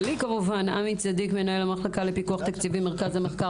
עמי צדיק, מנהל המחלקה לפיקוח תקציבי, מרכז המחקר